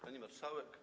Pani Marszałek!